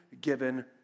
given